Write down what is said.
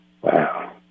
Wow